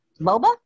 Boba